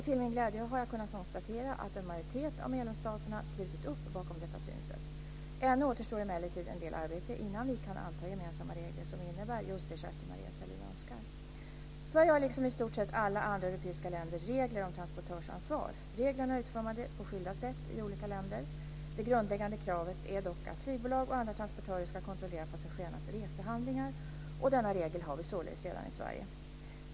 Till min glädje har jag kunnat konstatera att en majoritet av medlemsstaterna slutit upp bakom detta synsätt. Ännu återstår emellertid en del arbete innan vi kan anta gemensamma regler som innebär just det Sverige har, liksom i stort sett alla andra europeiska länder, regler om transportörsansvar. Reglerna är utformade på skilda sätt i olika länder. Det grundläggande kravet är dock att flygbolag och andra transportörer ska kontrollera passagerarnas resehandlingar. Denna regel har vi således redan i Sverige.